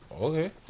Okay